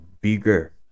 bigger